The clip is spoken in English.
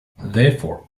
therefore